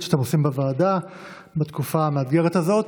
שאתם עושים בוועדה בתקופה המאתגרת הזאת.